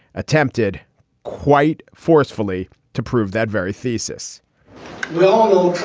attempted quite forcefully to prove that very thesis we